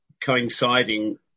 coinciding